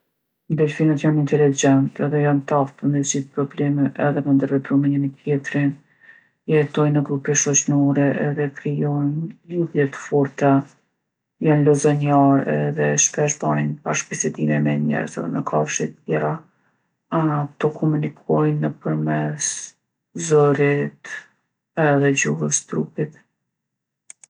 Delfinët jon intelegjent edhe jon t'aftë me zgjidh probleme edhe me ndërvepru me njoni tjetrin. Jetojnë në grupe shoqnore edhe krijojnë lidhje t'forta. Jon lozonjarë edhe shpesh bojnë bashkbisedime me njerz edhe me kafshe tjera. ato komunikojnë nëpërmes zërit edhe gjuhës trupit.